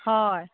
হয়